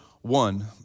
one